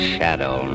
Shadow